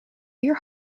your